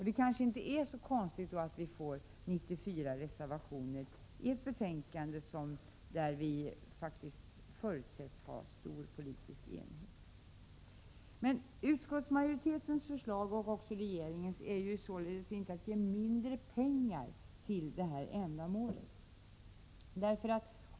Det kanske inte är så konstigt att vi får 94 reservationer i ett ärende där det faktiskt förutsätts råda stor politisk enighet. Utskottsmajoritetens förslag och också regeringens är således inte att ge mindre pengar till det här ändamålet.